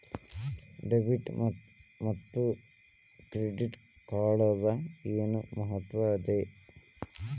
Debit ಮತ್ತ credit ಕಾರ್ಡದ್ ಏನ್ ಮಹತ್ವ ಅದ?